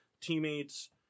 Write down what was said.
teammates